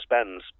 spends